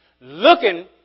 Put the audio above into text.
Looking